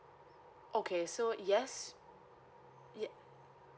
okay so yes yes